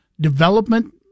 development